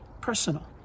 personal